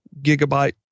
gigabyte